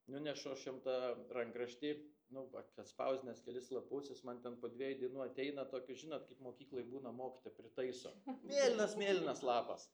nunešu aš jam tą rankraštį nu vak atspausdinęs kelis lapus jis man ten po dviejų dienų ateina tokiu žinot kaip mokykloj būna mokytoja pritaiso mėlynas mėlynas lapas